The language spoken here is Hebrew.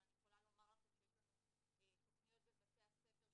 אבל אני יכולה לומר לכם שיש לנו תכניות בבתי הספר,